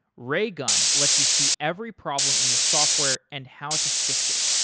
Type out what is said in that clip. raygun lets you see every problem in your software and how to fix it.